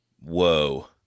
Whoa